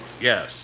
Yes